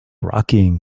rocking